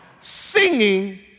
singing